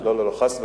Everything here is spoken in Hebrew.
לא, חס וחלילה.